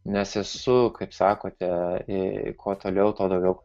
nes esu kaip sakote į kuo toliau tuo daugiau